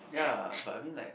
ya but I mean like